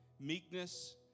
meekness